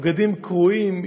בגדים קרועים,